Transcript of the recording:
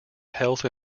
health